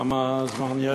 כמה זמן יש לי?